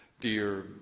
dear